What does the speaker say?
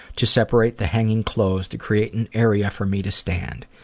to separate the hanging clothes to create an area for me to stand.